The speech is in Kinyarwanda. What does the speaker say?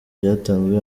byatanzwe